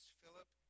Philip